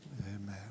Amen